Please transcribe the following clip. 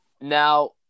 Now